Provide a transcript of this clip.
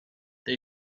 they